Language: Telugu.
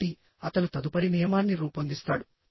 కాబట్టి అతను తదుపరి నియమాన్ని రూపొందిస్తాడు